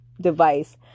device